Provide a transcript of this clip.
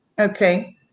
Okay